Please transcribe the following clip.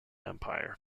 empire